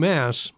Mass